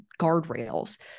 guardrails